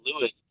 Lewis